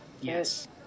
yes